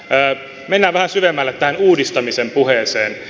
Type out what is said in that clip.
mennään vähän syvemmälle tähän uudistamisen puheeseen